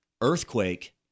Earthquake